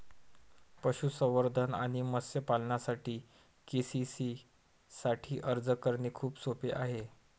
पशुसंवर्धन आणि मत्स्य पालनासाठी के.सी.सी साठी अर्ज करणे खूप सोपे आहे